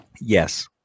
Yes